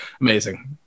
Amazing